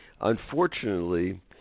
Unfortunately